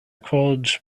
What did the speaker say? called